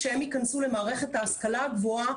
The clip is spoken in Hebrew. כשהם ייכנסו למערכת ההשכלה הגבוהה.